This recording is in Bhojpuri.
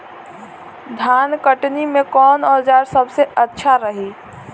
धान कटनी मे कौन औज़ार सबसे अच्छा रही?